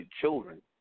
children